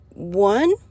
one